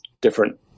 different